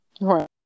Right